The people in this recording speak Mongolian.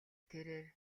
тэрээр